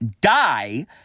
die